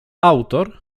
autor